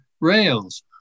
rails